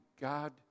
God